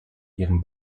ihrem